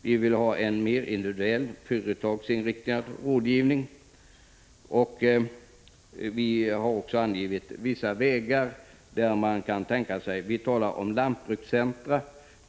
Vi vill ha en mer individuell 135 företagsinriktad rådgivning, och vi har också angett vissa vägar som man kan tänka sig att gå. Vi talar om lantbrukscentra.